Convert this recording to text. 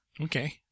Okay